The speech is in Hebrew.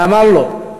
ואמר לו,